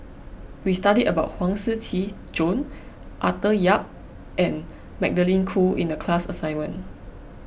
we studied about Huang Shiqi Joan Arthur Yap and Magdalene Khoo in the class assignment